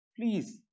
Please